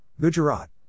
Gujarat